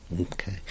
okay